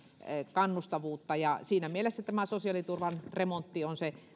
kannustavuutta siinä mielessä tämä sosiaaliturvan remontti on varsinaisesti se